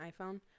iPhone